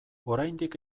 oraindik